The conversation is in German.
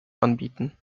anbieten